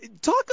talk